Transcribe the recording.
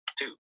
two